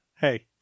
Hey